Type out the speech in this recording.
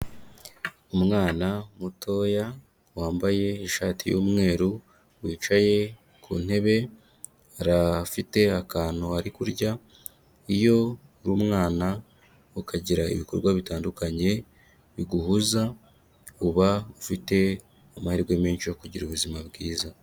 Umwana mutoya wambaye ishati y'umweru, wicaye ku ntebe, arafite akantu ari kurya, iyo uri umwana ukagira ibikorwa bitandukanye biguhuza, uba ufite amahirwe menshi yo kugira ubuzima bwiza.